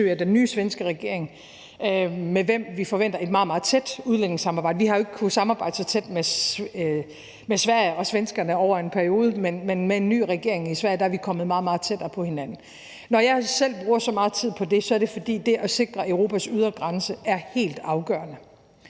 i den nye svenske regering, med hvem vi forventer et meget, meget tæt udlændingesamarbejde. Vi har jo ikke kunnet samarbejde så tæt med Sverige og svenskerne over en periode, men med en ny regering i Sverige er vi kommet meget, meget tættere på hinanden. Når jeg selv bruger så meget tid på det, er det, fordi det at sikre Europas ydre grænser er helt afgørende,